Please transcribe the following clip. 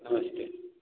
नमस्ते